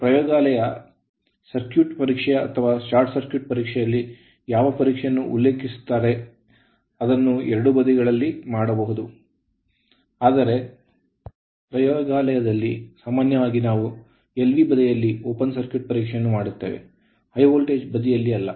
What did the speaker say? ಪ್ರಯೋಗಾಲಯ openಮುಕ್ತ ಸರ್ಕ್ಯೂಟ್ ಪರೀಕ್ಷೆ ಅಥವಾ ಶಾರ್ಟ್ ಸರ್ಕ್ಯೂಟ್ ಪರೀಕ್ಷೆಯಲ್ಲಿಇಲ್ಲಿ ಯಾವ ಪರೀಕ್ಷೆಯನ್ನು ಉಲ್ಲೇಖಿಸುತ್ತಾರೋ ಅದನ್ನು ಎರಡೂ ಬದಿಗಳಲ್ಲಿ ಮಾಡಬಹುದು ಆದರೆ ಪ್ರಯೋಗಾಲಯದಲ್ಲಿ ಸಾಮಾನ್ಯವಾಗಿ ನಾವು LV ಬದಿಯಲ್ಲಿ open ತೆರೆದ ಸರ್ಕ್ಯೂಟ್ ಪರೀಕ್ಷೆಯನ್ನು ಮಾಡುತ್ತೇವೆ ಹೈ ವೋಲ್ಟೇಜ್ ಬದಿಯಲ್ಲಿ ಅಲ್ಲ